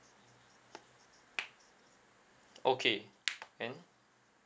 okay and